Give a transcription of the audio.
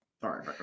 Sorry